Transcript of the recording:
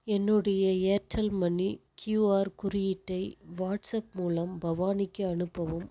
என்னுடைய Airtel money QR குறியீட்டை WhatsApp மூலம் பவானிக்கு அனுப்பவும்